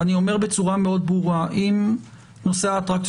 ואני אומר בצורה מאוד ברורה: אם נושא האטרקציות